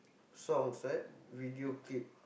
songs right video clip